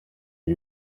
ibi